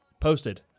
Posted